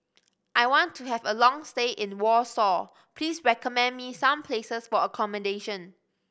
I want to have a long stay in Warsaw Please recommend me some places for accommodation